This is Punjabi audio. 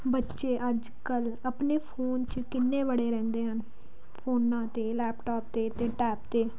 ਬੱਚੇ ਅੱਜ ਕੱਲ੍ਹ ਆਪਣੇ ਫੋਨ 'ਚ ਕਿੰਨੇ ਵੜੇ ਰਹਿੰਦੇ ਹਨ ਫੋਨਾਂ 'ਤੇ ਲੈਪਟਾਪ 'ਤੇ ਅਤੇ ਟੈਪ 'ਤੇ